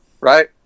Right